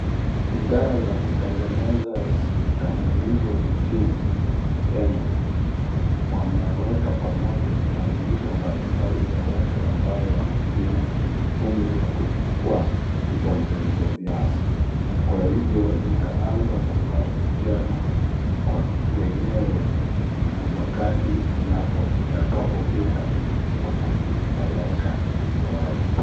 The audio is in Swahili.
Idara za kutengeneza vitambulisho nchini kenya wameweka pamoja vitambulisho mbalimbali za watu ambao wamehitimu umri wa kuchukua vitambulisho vyao ka hivyo vitaanza kupatiana kwa wenyewe wakati utakapo fika kuzipeleka kwao.